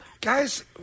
guys